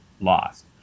lost